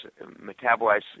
metabolized